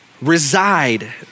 reside